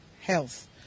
health